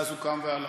ואז הוא קם והלך